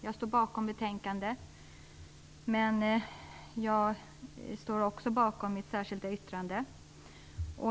Jag står bakom betänkandet och mitt särskilda yttrande.